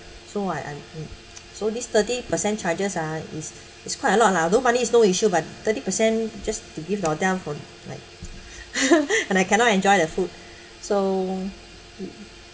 so I un~ um so this thirty per cent charges ah is is quite a lot ah although money is no issue but thirty per cent just to give the hotel for like and I cannot enjoy the food so mm